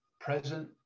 present